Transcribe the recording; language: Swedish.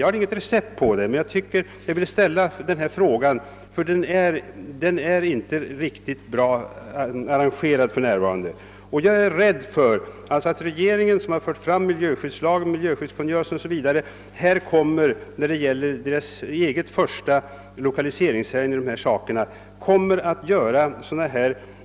Jag har inget recept men har velat ställa de här frågorna, ty det är ingen riktigt bra ordning för närvarande, och jag är rädd för att regeringen, som utfärdat miljöskyddslagen, miljöskyddskungörelsen m.m., beträffande sitt eget första lokaliseringsärende på det här området kommer att göra